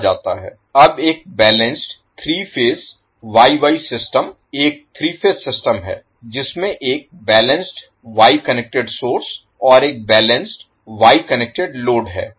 अब एक balanced 3 phase Y Y system एक 3 फेज सिस्टम है जिसमें एक बैलेंस्ड वाई कनेक्टेड सोर्स और एक बैलेंस्ड वाई कनेक्टेड लोड है